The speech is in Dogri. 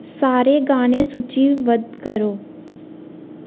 सारे गाने सूचीबद्ध करो